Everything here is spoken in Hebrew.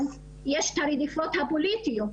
אז יש רדיפות פוליטיות,